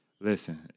Listen